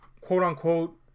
quote-unquote